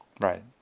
Right